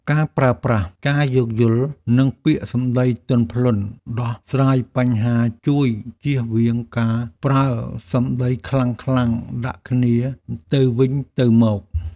ការប្រើប្រាស់ការយោគយល់និងពាក្យសម្តីទន់ភ្លន់ដោះស្រាយបញ្ហាជួយជៀសវាងការប្រើសម្តីខ្លាំងៗដាក់គ្នាទៅវិញទៅមក។